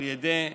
על ידי: